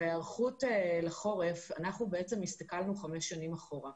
ההיערכות לחורף אנחנו בעצם הסתכלנו חמש שנים אחורה.